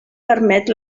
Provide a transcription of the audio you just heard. permet